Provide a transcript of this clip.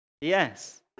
Yes